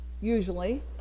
usually